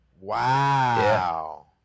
Wow